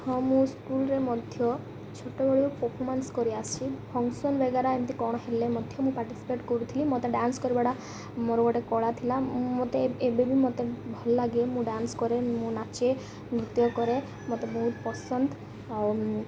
ହଁ ମୁଁ ସ୍କୁଲ୍ରେ ମଧ୍ୟ ଛୋଟବେଳୁ ପରଫମାନ୍ସ କରି ଆସିଛି ଫଙ୍କସନ୍ ବଗେରା ଏମିତି କ'ଣ ହେଲେ ମଧ୍ୟ ମୁଁ ପାର୍ଟିସିପେଟ୍ କରୁଥିଲି ମତେ ଡ଼୍ୟାନ୍ସ କରିବାଟା ମୋର ଗୋଟେ କଳା ଥିଲା ମୋତେ ଏବେବ ମତେ ଭଲ ଲାଗେ ମୁଁ ଡ଼୍ୟାନ୍ସ କରେ ମୁଁ ନାଚେ ନୃତ୍ୟ କରେ ମୋତେ ବହୁତ ପସନ୍ଦ ଆଉ